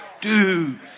Dude